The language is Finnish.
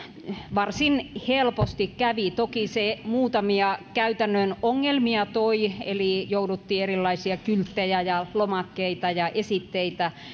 varsin helposti kävi toki se muutamia käytännön ongelmia toi eli jouduttiin erilaisia kylttejä ja lomakkeita ja esitteitä